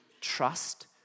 trust